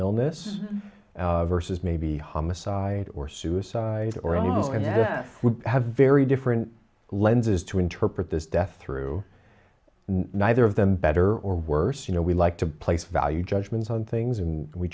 illness versus maybe homicide or suicide or you would have very different lenses to interpret this death through neither of them better or worse you know we like to place value judgments on things and we